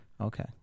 Okay